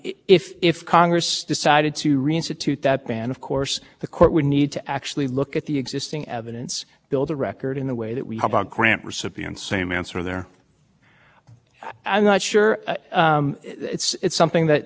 director and why and there are lots of mismatch questions here and i don't know that that dooms your case but for example the contractors the individual contractors are still allowed to raise money and bundle money and you know and i know